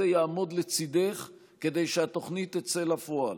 יעמוד לצידך כדי שהתוכנית תצא לפועל,